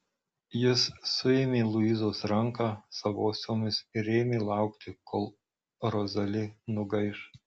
jis suėmė luizos ranką savosiomis ir ėmė laukti kol rozali nugaiš